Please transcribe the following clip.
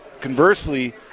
conversely